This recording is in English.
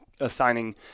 Assigning